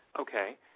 Okay